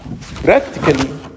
practically